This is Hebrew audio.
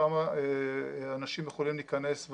כמה אנשים יכולים להיכנס,